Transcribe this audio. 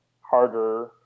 harder